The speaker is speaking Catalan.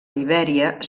libèria